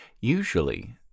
Usually